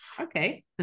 Okay